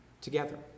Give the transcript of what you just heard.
together